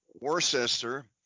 Worcester